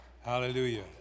Hallelujah